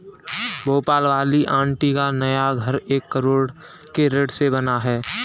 भोपाल वाली आंटी का नया घर एक करोड़ के ऋण से बना है